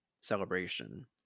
celebration